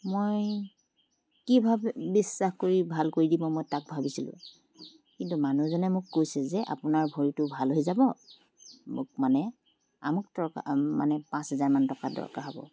মই কি ভাবি বিশ্বাস কৰি ভাল কৰি দিব মই তাক ভাবিছিলোঁ কিন্তু মানুহজনে মোক কৈছে যে আপোনাৰ ভৰিটো ভাল হৈ যাব মোক মানে আমুক টকা মানে পাঁচ হেজাৰ মান টকা দৰকাৰ হ'ব